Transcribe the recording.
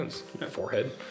Forehead